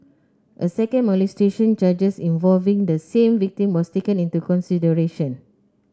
a second molestation charge involving the same victim was taken into consideration